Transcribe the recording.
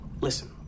Listen